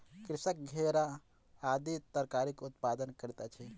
कृषक घेरा आदि तरकारीक उत्पादन करैत अछि